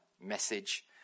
message